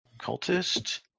cultist